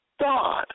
God